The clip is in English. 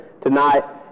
tonight